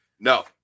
No